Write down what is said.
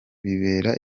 bibera